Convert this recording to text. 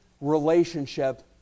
relationship